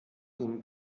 ihm